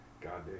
Goddamn